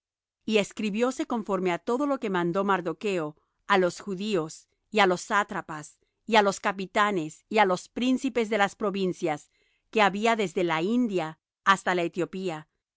y escribióse conforme á todo lo que mandó mardocho á los judíos y á los sátrapas y á los capitanes y á los príncipes de las provincias que había desde la india hasta la ethiopía